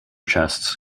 chests